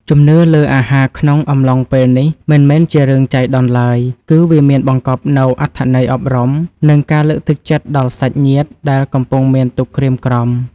ជំនឿលើអាហារក្នុងអំឡុងពេលនេះមិនមែនជារឿងចៃដន្យឡើយ គឺវាមានបង្កប់នូវអត្ថន័យអប់រំ និងការលើកទឹកចិត្តដល់សាច់ញាតិដែលកំពុងមានទុក្ខក្រៀមក្រំ។